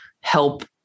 help